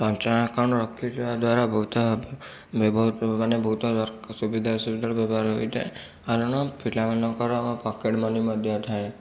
ସଞ୍ଚୟ ଆକାଉଣ୍ଟ ରଖିଥିବା ଦ୍ୱାରା ବହୁତ ବ୍ୟବହୃତ ମାନେ ବହୁତ ସୁବିଧା ଅସୁବିଧାରେ ବ୍ୟବହାର ହୋଇଥାଏ କାରଣ ପିଲାମାନଙ୍କର ପକେଟ୍ ମନୀ ମଧ୍ୟ ଥାଏ